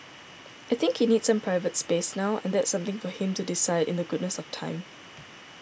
I think he needs some private space now and that's something for him to decide in the goodness of time